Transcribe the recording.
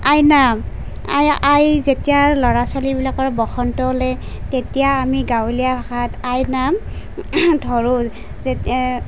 আইনাম আই আই যেতিয়া ল'ৰা ছোৱালীবিলাকৰ বসন্ত ওলাই তেতিয়া আমি গাঁৱলীয়া ভাষাত আইৰ নাম ধৰোঁ